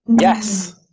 yes